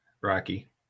Rocky